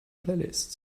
playlist